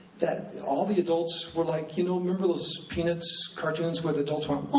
that all the adults were like, you know, remember those peanuts cartoons where the adults went,